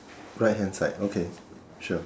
right hand side okay sure